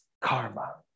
karma